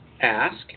ask